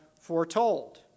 foretold